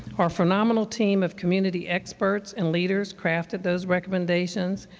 our phenomenal team of community experts and leaders crafted those recommendations.